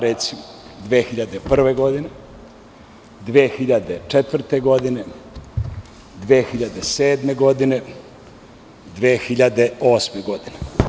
Recimo 2001. godine, 2004. godine, 2007. godine, 2008. godine.